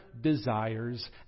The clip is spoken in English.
desires